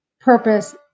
purpose